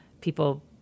people